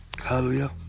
Hallelujah